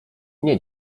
nie